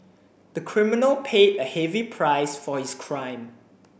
the criminal paid a heavy price for his crime